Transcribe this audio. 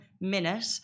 minute